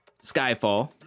Skyfall